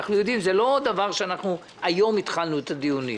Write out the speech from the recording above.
זה לא דבר שהיום התחלנו את הדיון בו.